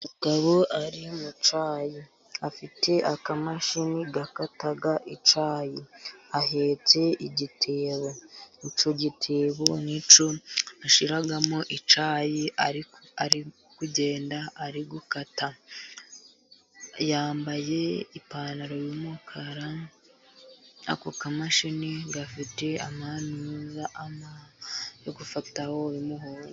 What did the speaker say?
Umugabo ari mu cyayi afite akamashini gakata icyayi ahetse igitebo, icyo gitebo n'icyo ashyiramo icyayi ari ku ari kugenda ari gukata, yambaye ipantaro y'umukara, ako kamashini gafite amazi yo gufataho iyo...